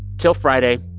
till friday,